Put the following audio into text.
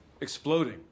exploding